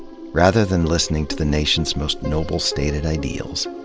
rather than listening to the nation's most noble stated ideals,